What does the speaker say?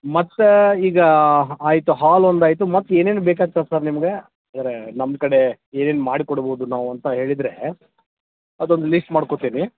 ಮತ್ತೆ ಈಗ ಆಯಿತು ಹಾಲ್ ಒಂದು ಆಯಿತು ಮತ್ತೆ ಏನೇನು ಬೇಕಾಗ್ತವೆ ಸರ್ ನಿಮ್ಗೆ ಸರ್ ನಮ್ಕಡೆ ಏನೇನು ಮಾಡಿ ಕೊಡ್ಬೋದು ನಾವು ಅಂತ ಹೇಳಿದ್ರೆ ಅದೊಂದು ಲಿಸ್ಟ್ ಮಾಡ್ಕೊತೀನಿ